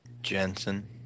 Jensen